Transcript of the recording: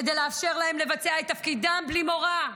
כדי לאפשר להם לבצע את תפקידם בלי מורא.